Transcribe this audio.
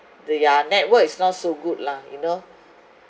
the ya network is not so good lah you know